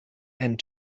and